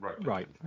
Right